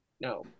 No